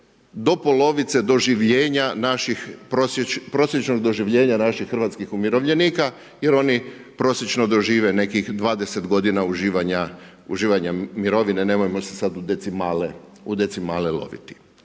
prosječnog doživljenja naših hrvatskih umirovljenika jer oni prosječno dožive nekih 20 godina uživanja mirovine, nemojmo se sad u decimale loviti.